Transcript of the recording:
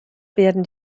werden